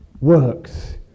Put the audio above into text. works